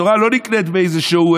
התורה לא נקנית באיזשהו,